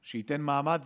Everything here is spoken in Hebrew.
שייתן מעמד